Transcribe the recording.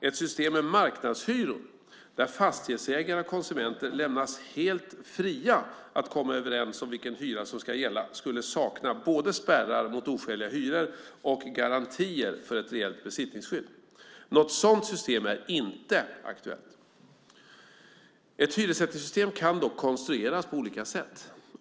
Ett system med marknadshyror där fastighetsägare och konsumenter lämnas helt fria att komma överens om vilken hyra som ska gälla skulle sakna både spärrar mot oskäliga hyror och garantier för ett reellt besittningsskydd. Något sådant system är inte aktuellt. Ett hyressättningssystem kan dock konstrueras på olika sätt.